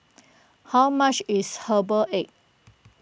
How much is Herbal Egg